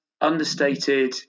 understated